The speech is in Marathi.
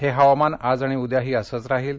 हे हवामान आज आणि उद्याही असद्वराहील